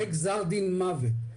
זה גזר דין מוות.